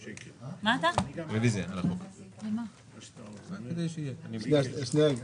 הישיבה ננעלה בשעה 18:13.